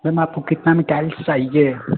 ma'am आपको कितना में टाइल्स चाहिए